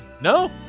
No